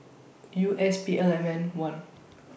U S P L M N one